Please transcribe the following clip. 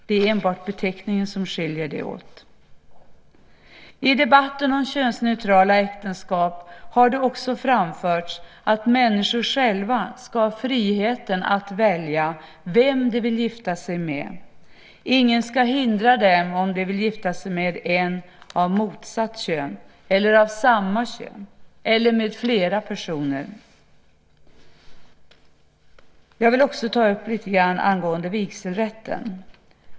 Det är enbart beteckningen som skiljer dem åt. I debatten om könsneutrala äktenskap har det också framförts att människor själva ska ha friheten att välja vem de vill gifta sig med. Ingen ska hindra dem om de vill gifta sig med en av motsatt kön, av samma kön eller med flera personer. Jag vill också ta upp lite grann angående vigselrätten.